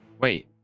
Wait